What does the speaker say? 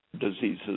diseases